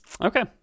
Okay